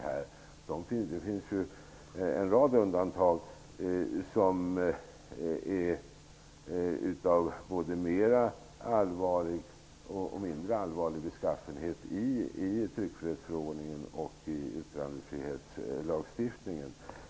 Det finns en rad undantag av både mer eller mindre allvarlig beskaffenhet i tryckfrihetsförordningen och i yttrandefrihetslagstiftningen.